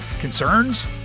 concerns